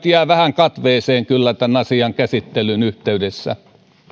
jää vähän katveeseen kyllä tämän asian käsittelyn yhteydessä